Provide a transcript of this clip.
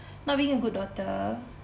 not being a good daughter